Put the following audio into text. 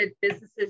businesses